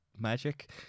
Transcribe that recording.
magic